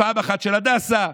פעם אחת של הדסה,